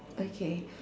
okay